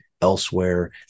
elsewhere